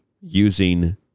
using